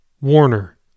Warner